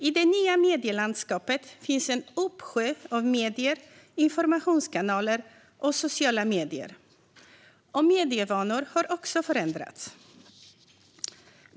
I det nya medielandskapet finns en uppsjö av medier, informationskanaler och sociala medier, och medievanor har också förändrats.